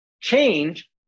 change